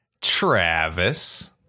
travis